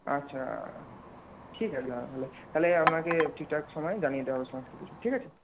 আচ্ছা ঠিক আছে তাহলে আপনাকে ঠিকঠাক সময়ে জানিয়ে দেওয়া হবে সমস্ত কিছু ঠিক আছে